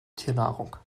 tiernahrung